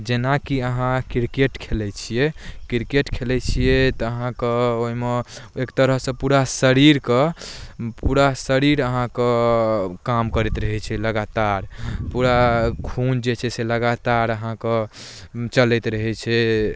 जेनाकी अहाँ क्रिकेट खेलै छियै क्रिकेट खेलै छियै तऽ अहाँके ओइमे एक तरहसँ पूरा शरीरके पूरा शरीर अहाँके काम करैत रहै छै लगातार पूरा खून जे छै से लगातार अहाँके चलैत रहै छै